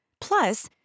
Plus